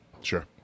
Sure